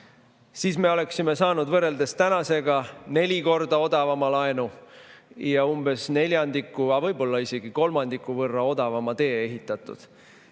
siis me oleksime saanud võrreldes tänasega neli korda odavama laenu ja umbes neljandiku, aga võib-olla isegi kolmandiku võrra odavama tee ehitatud.